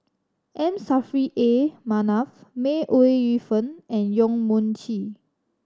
M Saffri A Manaf May Ooi Yu Fen and Yong Mun Chee